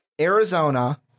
Arizona